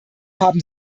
haben